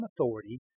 authority